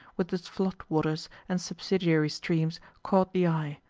with its flood waters and subsidiary streams, caught the eye,